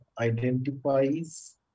identifies